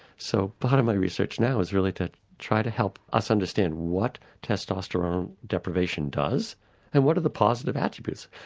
so part of my research now is really to try to help us understand what testosterone deprivation does and what are the positive attributes.